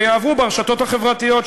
ויעברו ברשתות החברתיות,